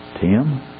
Tim